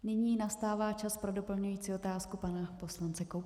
Nyní nastává čas pro doplňující otázku pana poslance Koubka.